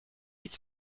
ils